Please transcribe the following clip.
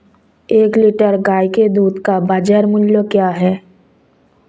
एक लीटर गाय के दूध का बाज़ार मूल्य क्या है?